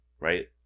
right